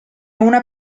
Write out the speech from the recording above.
una